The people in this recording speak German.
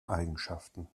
eigenschaften